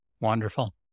Wonderful